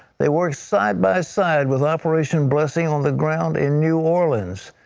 they work side-by-side with operation blessing on the ground in new orleans.